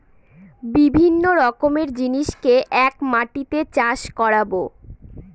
বিভিন্ন রকমের জিনিসকে এক মাটিতে চাষ করাবো